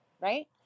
right